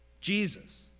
Jesus